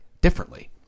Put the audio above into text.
differently